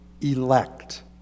elect